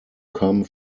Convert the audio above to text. come